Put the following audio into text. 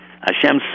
Hashem